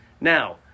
Now